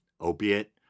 opiate